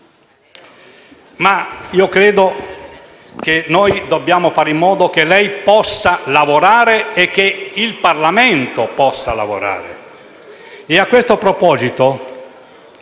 Credo che dobbiamo fare in modo che lei possa lavorare e che il Parlamento possa lavorare.